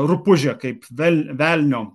rupūžė kaip vel velnio